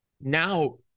now